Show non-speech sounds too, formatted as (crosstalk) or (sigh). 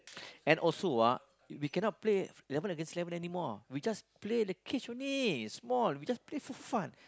(noise) and also ah we cannot play eleven against eleven anymore we just play in the cage only small we just play for fun